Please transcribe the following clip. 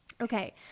Okay